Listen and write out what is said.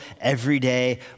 everyday